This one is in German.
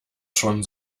schon